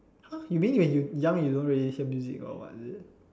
!huh! you mean when you young you don't really hear music or what is it